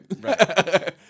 Right